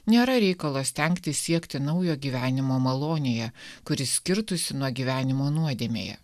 nėra reikalo stengtis siekti naujo gyvenimo malonėje kuris skirtųsi nuo gyvenimo nuodėmėje